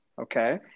okay